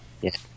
Yes